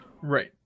Right